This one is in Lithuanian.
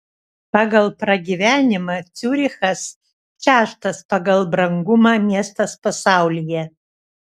pagal pragyvenimą ciurichas šeštas pagal brangumą miestas pasaulyje